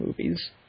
movies